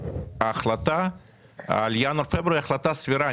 ההחלטה לגבי פברואר היא החלטה סבירה.